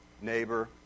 Neighbor